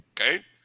Okay